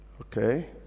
okay